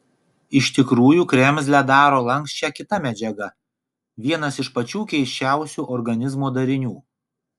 iš tikrųjų kremzlę daro lanksčią kita medžiaga vienas iš pačių keisčiausių organizmo darinių